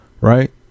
right